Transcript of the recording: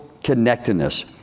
connectedness